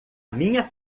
minha